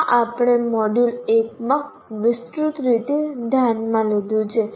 આ આપણે મોડ્યુલ 1 માં વિસ્તૃત રીતે ધ્યાનમાં લીધું છે